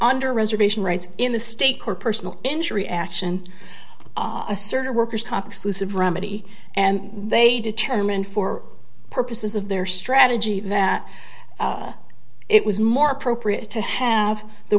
under reservation rights in the state court personal injury action i asserted workers comp exclusive remedy and they determined for purposes of their strategy that it was more appropriate to have the